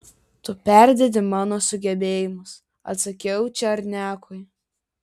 tu perdedi mano sugebėjimus atsakiau černiakui